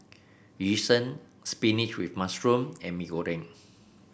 Yu Sheng spinach with mushroom and Mee Goreng